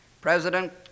President